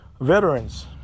veterans